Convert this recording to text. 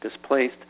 displaced